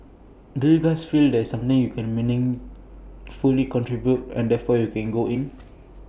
do you feel that there's something you can meaningfully contribute and therefore you go in